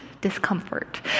discomfort